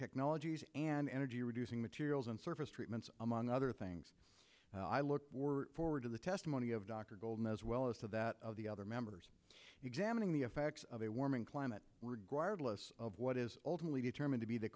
technologies and energy reducing materials and surface treatments among other things i look forward to the testimony of dr gold as well as to that of the other members examining the effects of a warming climate regardless of what is ultimately determined to be the